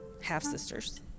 half-sisters